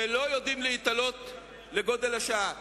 ולא יודעים להתעלות לגודל השעה.